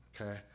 Okay